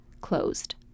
closed